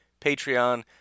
Patreon